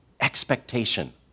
expectation